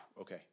Okay